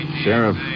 Sheriff